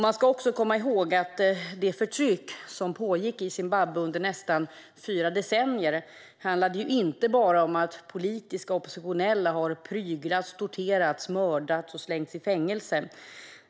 Man ska också komma ihåg att det förtryck som pågick i Zimbabwe under nästan fyra decennier inte bara handlade om att politiska oppositionella har pryglats, torterats, mördats och slängts i fängelse.